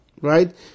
Right